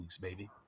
baby